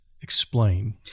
Explain